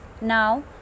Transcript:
Now